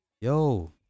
Yo